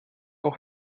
auch